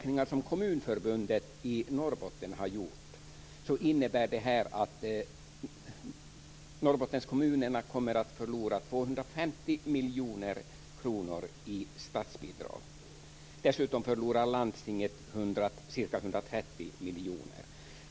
Norrbotten har gjort innebär det att Norrbottenskommunerna kommer att förlora 250 miljoner kronor i statsbidrag. Dessutom förlorar landstinget ca 130 miljoner.